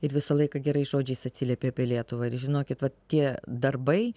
ir visą laiką gerais žodžiais atsiliepė apie lietuvą ir žinokit vat tie darbai